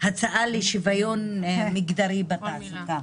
הצעה לשוויון מגדרי בתעסוקה.